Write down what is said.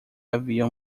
havia